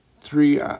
three